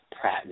Pratt